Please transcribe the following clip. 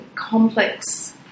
complex